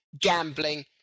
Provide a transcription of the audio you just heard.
gambling